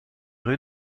rues